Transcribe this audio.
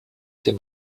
dem